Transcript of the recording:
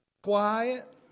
quiet